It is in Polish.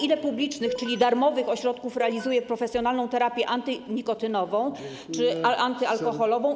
Ile publicznych, czyli darmowych ośrodków realizuje profesjonalną terapię antynikotynową czy antyalkoholową?